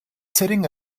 sitting